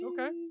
Okay